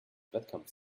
wettkampf